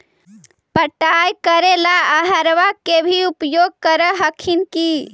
पटाय करे ला अहर्बा के भी उपयोग कर हखिन की?